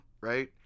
right